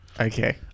Okay